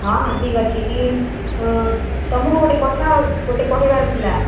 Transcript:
ହଁ ହଁ ଠିକ୍ ଅଛି ତୁମକୁ ଗୋଟିଏ କଥା ଗୋଟିଏ କହିବାର ଥିଲା